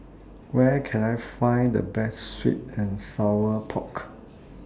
Where Can I Find The Best Sweet and Sour Pork